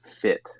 fit